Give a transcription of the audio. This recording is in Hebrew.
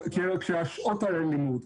כששעות הלימוד,